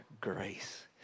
grace